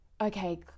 okay